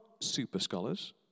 super-scholars